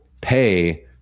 pay